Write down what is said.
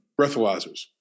Breathalyzers